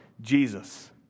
Jesus